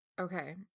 Okay